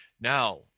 Now